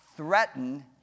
threaten